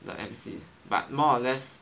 the M_C but more or less